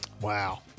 Wow